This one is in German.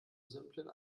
simplen